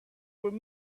with